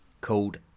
called